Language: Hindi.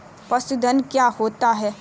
पशुधन क्या होता है?